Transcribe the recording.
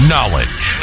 Knowledge